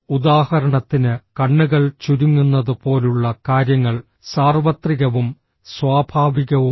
ഉദാഹരണത്തിന് കണ്ണുകൾ ചുരുങ്ങുന്നത് പോലുള്ള കാര്യങ്ങൾ സാർവത്രികവും സ്വാഭാവികവുമാണ്